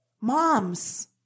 moms